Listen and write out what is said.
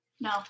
No